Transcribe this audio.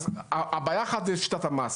אז בעיה אחת זו שיטת המס.